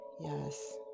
Yes